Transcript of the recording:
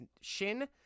shin